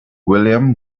william